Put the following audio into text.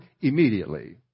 immediately